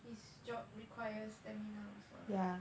his job requires stamina also lah